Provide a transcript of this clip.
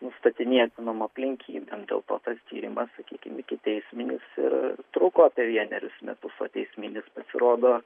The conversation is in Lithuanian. nustatinėtinom aplinkybėm dėl to tas tyrimas sakykim ikiteisminis ir truko apie vienerius metus o teisminis pasirodo